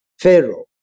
Pharaoh